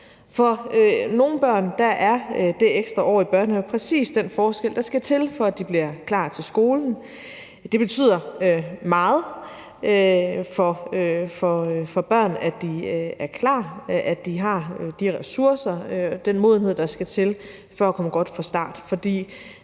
For nogle børn er det ekstra år i børnehaven præcis den forskel, der skal til, for at de bliver klar til skolen. Det betyder meget for børn, at de er klar, og at de har de ressourcer og den modenhed, der skal til for at komme godt fra start.